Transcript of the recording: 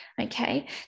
okay